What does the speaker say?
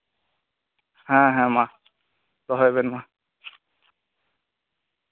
ᱦᱮᱸ ᱦᱮᱸ ᱢᱟ ᱫᱚᱦᱚᱭ ᱵᱮᱱ ᱢᱟ